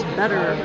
better